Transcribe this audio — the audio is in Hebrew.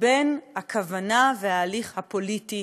לבין הכוונה וההליך הפוליטי